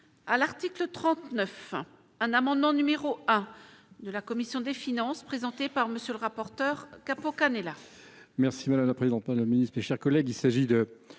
à l'article 39 un amendement numéro un de la commission des finances présenté par monsieur le rapporteur Capo Canellas.